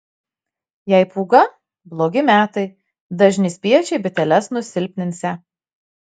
jei pūga blogi metai dažni spiečiai biteles nusilpninsią